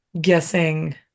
guessing